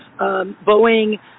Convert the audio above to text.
Boeing